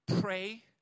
pray